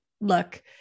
look